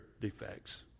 defects